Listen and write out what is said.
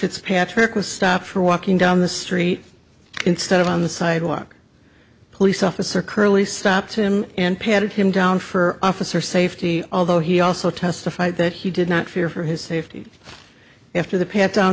was stopped for walking down the street instead of on the sidewalk police officer curley stopped him and patted him down for officer safety although he also testified that he did not fear for his safety after the pat